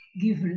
give